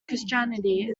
christianity